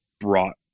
brought